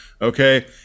Okay